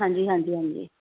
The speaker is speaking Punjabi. ਹਾਂਜੀ ਹਾਂਜੀ ਹਾਂਜੀ